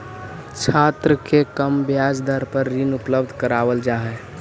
छात्र के कम ब्याज दर पर ऋण उपलब्ध करावल जा हई